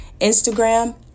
Instagram